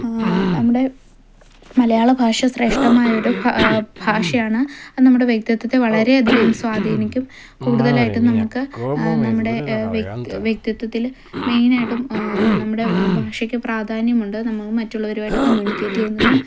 നമ്മുടെ മലയാളഭാഷ ശ്രേഷ്ഠമായൊരു ഭാ ഭാഷയാണ് അത് നമ്മുടെ വ്യക്തിത്വത്തെ വളരെയധികം സ്വാധീനിക്കും കൂടുതലായിട്ടും നമുക്ക് നമ്മുടെ വ്യക്തി വ്യക്തിത്വത്തില് മെയിനായിട്ടും നമ്മുടെ ഭാഷയ്ക്ക് പ്രാധാന്യമുണ്ട് നമ്മള് മറ്റുള്ളവരുമായിട്ട് കമ്മ്യൂണിക്കേറ്റ് ചെയ്യുന്നതും